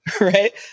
Right